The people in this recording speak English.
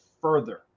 further